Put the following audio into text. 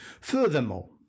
Furthermore